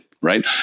right